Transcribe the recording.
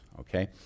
Okay